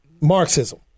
Marxism